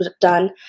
done